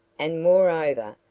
and moreover,